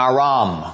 Aram